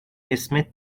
اسمت